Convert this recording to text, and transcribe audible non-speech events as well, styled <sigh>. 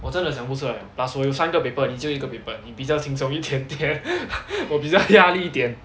我真的想不出来 eh plus 我有三个 paper 你只有一个 paper 你比较轻松一点点 <laughs> 我比较压力点